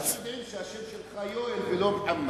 עד שיודעים שהשם שלך יואל ולא מוחמד.